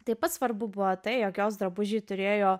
taip pat svarbu buvo tai jog jos drabužiai turėjo